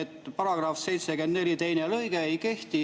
et § 74 lõige 2 ei kehti,